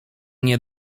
nie